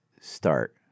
start